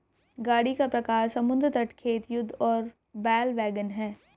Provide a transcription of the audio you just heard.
गाड़ी का प्रकार समुद्र तट, खेत, युद्ध और बैल वैगन है